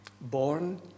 born